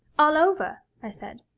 all over? i said.